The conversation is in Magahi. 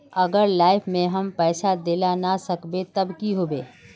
अगर लाइफ में हम पैसा दे ला ना सकबे तब की होते?